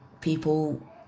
People